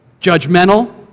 Judgmental